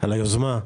על היוזמה.